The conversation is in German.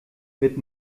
mit